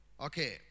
Okay